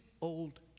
old